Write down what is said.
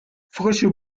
frische